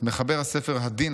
מחבר הספר "הדין,